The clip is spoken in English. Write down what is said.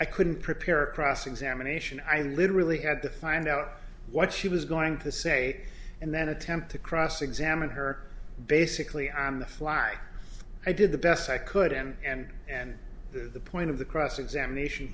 i couldn't prepare a cross examination i literally had to find out what she was going to say and then attempt to cross examine her basically on the fly i did the best i could and and the point of the cross examination